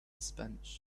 spanish